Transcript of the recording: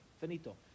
Finito